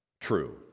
true